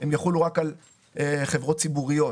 הם יחולו רק על חברות ציבוריות.